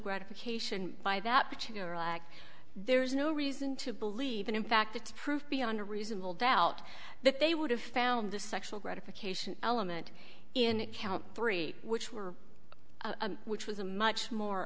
gratification by that particular act there is no reason to believe and in fact it's proved beyond a reasonable doubt that they would have found the sexual gratification element in it count three which were which was a much more